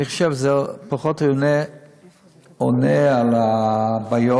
אני חושב שזה פחות עונה על הבעיות,